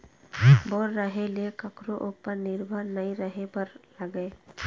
bore रहें ले कखरो उपर निरभर नइ रहे बर लागय